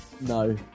no